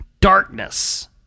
darkness